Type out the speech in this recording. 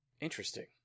Interesting